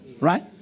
Right